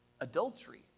adultery